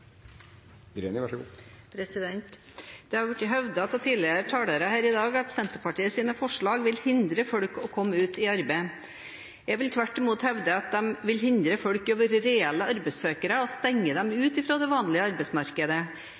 Det har vært hevdet av tidligere talere her i dag at Senterpartiets forslag vil hindre folk i å komme ut i arbeid. Jeg vil tvert imot hevde at de vil hindre folk i å være reelle arbeidssøkere og stenge dem ute fra det vanlige arbeidsmarkedet.